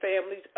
families